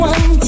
One